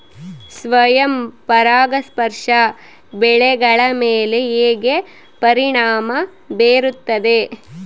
ಸ್ವಯಂ ಪರಾಗಸ್ಪರ್ಶ ಬೆಳೆಗಳ ಮೇಲೆ ಹೇಗೆ ಪರಿಣಾಮ ಬೇರುತ್ತದೆ?